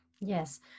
Yes